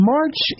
March